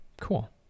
cool